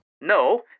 No